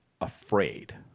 afraid